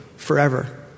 Forever